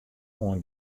oan